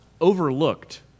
overlooked